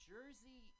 Jersey